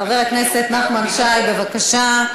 חבר הכנסת נחמן שי, בבקשה.